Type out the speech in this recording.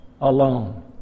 alone